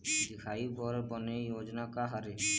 दिखाही बर बने योजना का हर हे?